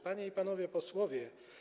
Panie i Panowie Posłowie!